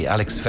Alex